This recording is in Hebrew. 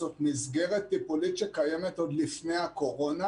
זאת מסגרת טיפולית שקיימת עוד לפני הקורונה.